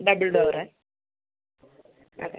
double door അതെ